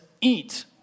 eat